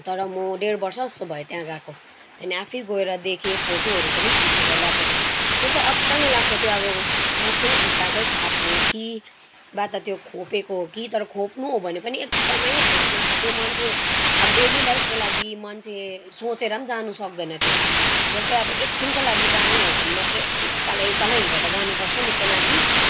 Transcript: तर म डेढ वर्ष जस्तो भयो त्यहाँ गएको अनि आफै गएर देखेँ फोटोहरू पनि खिचेर ल्याएको छु त्यो चाहिँ अचम्मै लाग्छ त्यो अब साँच्ची नै खुट्टाकै छाप हो कि वा त त्यो खोपेको हो कि तर खोप्नु हो भने पनि एकदमै हाइटमा छ त्यो मान्छे अब डेली लाइफको लागि मान्छे सोचेर पनि जानु सक्दैन त्यो जस्तै अब एकछिनको लागि जानु हो भने मात्रै उक्कालै उकालो हिँडेर जानु पर्छ निकै माथि